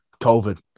COVID